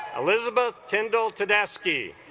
elizabeth kendall tedeschi